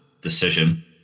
decision